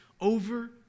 over